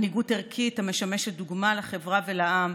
מנהיגות ערכית המשמשת דוגמה לחברה ולעם,